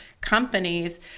companies